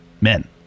men